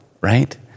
right